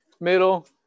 middle